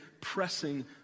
pressing